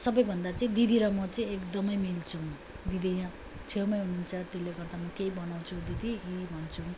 तर सबभन्दा चाहिँ दिदी र म चै एकदमै मिल्छौँ दिदी यहाँ छेउमै हुनु हुन्छ त्यसले गर्दा म केही बनाउँछु दिदीलाई यी भन्छौँ